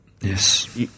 Yes